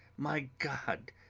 my god,